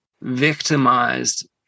victimized